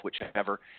whichever